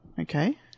Okay